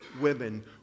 women